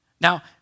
Now